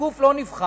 לגוף לא נבחר,